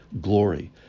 glory